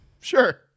Sure